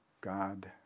God